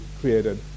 created